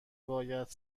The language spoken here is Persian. باید